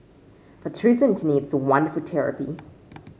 for Theresa Anthony it's a wonderful therapy